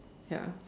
ya